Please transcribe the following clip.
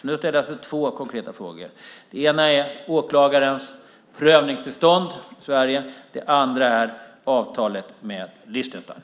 Jag ställer alltså två konkreta frågor. Den ena gäller åklagarens prövningstillstånd i Sverige. Den andra gäller avtalet med Liechtenstein.